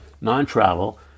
non-travel